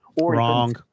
Wrong